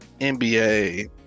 NBA